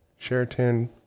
Sheraton